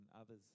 others